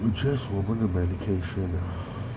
adjust 我们的 medication ah